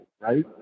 right